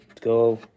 Go